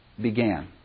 began